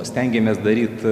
stengiamės daryt